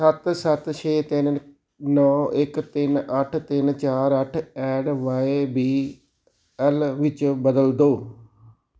ਸੱਤ ਸੱਤ ਛੇ ਤਿੰਨ ਨੌਂ ਇੱਕ ਤਿੰਨ ਅੱਠ ਤਿੰਨ ਚਾਰ ਅੱਠ ਐਟ ਵਾਈ ਬੀ ਐਲ ਵਿੱਚ ਬਦਲ ਦਿਓ